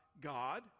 God